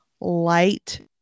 light